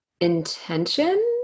Intention